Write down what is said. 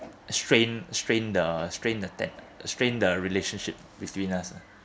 strained strained the strained the tak~ strained the relationship between us ah